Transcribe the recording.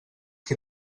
que